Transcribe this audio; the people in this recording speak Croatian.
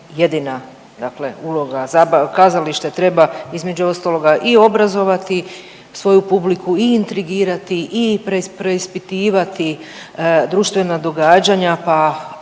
jedina uloga, kazalište treba između ostaloga i obrazovati svoju publiku i intrigirati i preispitivati društvena događanja pa ako